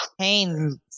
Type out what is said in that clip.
Pain